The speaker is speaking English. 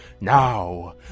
Now